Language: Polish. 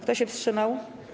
Kto się wstrzymał?